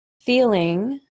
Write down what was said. feeling